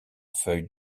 feuille